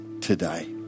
today